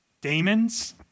demons